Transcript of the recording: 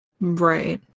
Right